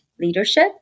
Leadership